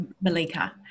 Malika